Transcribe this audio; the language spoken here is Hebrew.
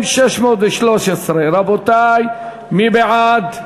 43 בעד,